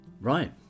Right